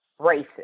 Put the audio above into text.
racist